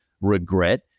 regret